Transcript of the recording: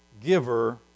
giver